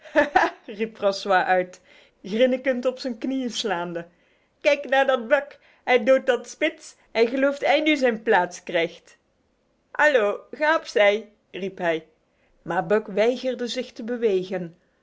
francois uit grinnikend op zijn knieën slaande kijk naar dat buck hij doodt dat spitz hij gelooft hij nu zijn plaats krijgt allo ga op zij riep hij maar buck weigerde zich te bewegen